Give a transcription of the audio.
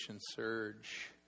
surge